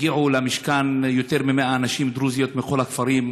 הגיעו למשכן יותר מ-100 נשים דרוזיות מכל הכפרים,